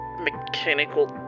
Mechanical